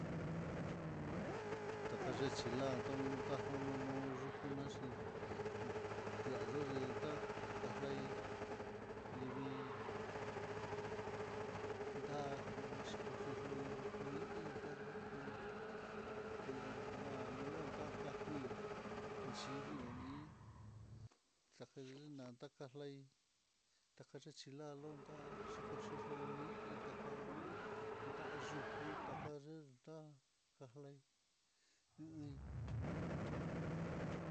Takalenxhi lán tuluntad jonono yuku naxhin, diadodentá kalai livii, nda xhikochi loi mi iinta jai, té la lolontá tajui yivii hí xakayina xakalai takaxhi tila ló ta koxhilo, lomi taka ndayukuta jaye tá karlai hí i.